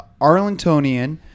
Arlingtonian